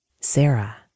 Sarah